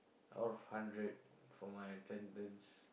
out of hundred for my attendance